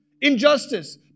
Injustice